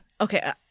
Okay